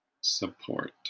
support